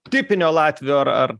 tipinio latvio ar ar